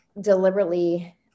deliberately